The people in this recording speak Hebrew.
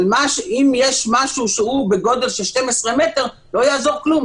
אבל אם יש משהו שהוא בגודל של 12 מ' לא יעזור כלום,